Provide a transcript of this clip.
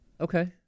Okay